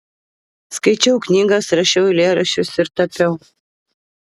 skaičiau knygas rašiau eilėraščius ir tapiau